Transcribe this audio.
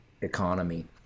economy